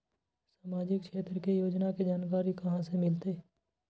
सामाजिक क्षेत्र के योजना के जानकारी कहाँ से मिलतै?